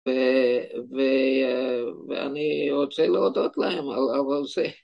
ואני רוצה להודות להם על זה.